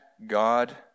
God